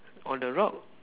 on the rock